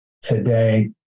today